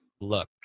look